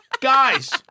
guys